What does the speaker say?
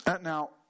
Now